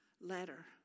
letter